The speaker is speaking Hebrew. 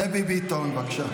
דבי ביטון, בבקשה.